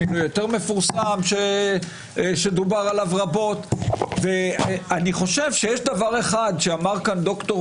מינוי יותר מפורסם שדובר עליו רבות ויש דבר אחד שאמר פה ד"ר